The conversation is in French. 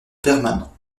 permanent